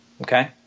Okay